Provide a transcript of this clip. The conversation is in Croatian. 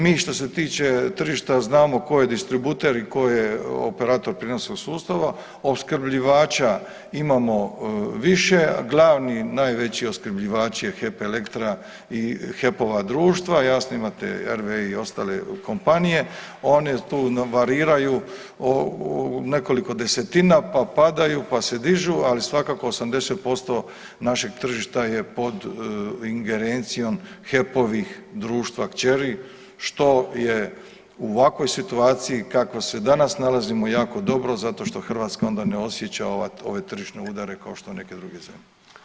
Mi što se tiče tržišta znamo tko je distributer i ko je operator prijenosa sustava, opskrbljivača imamo više, glavni najveći opskrbljivač je HEP Elektra i HEP-ova društva, jasno imate RWE i ostale kompanije, one tu variraju u nekoliko desetina pa padaju, pa se dižu, ali svakako 80% našeg tržišta je pod ingerencijom HEP-ovih društva kćeri što je u ovakvoj situaciji u kakvoj se danas nalazimo jako dobro zato što Hrvatska onda ne osjeća ove tržišne udare kao što neke druge zemlje.